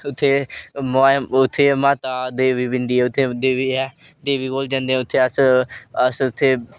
उत्थै माता देवी पिंडी ऐ उत्थै देवी कोल जंदे अस उत्थै